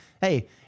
hey